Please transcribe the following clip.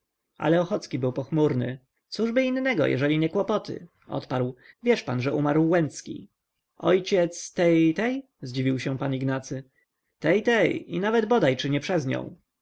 ale ochocki był pochmurny cóżby innego jeżeli nie kłopoty odparł wiesz pan że umarł łęcki ojciec tej tej zdziwił się pan ignacy tej tej i nawet bodaj czy nie przez nią